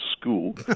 school